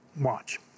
watch